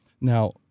Now